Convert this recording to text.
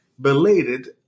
belated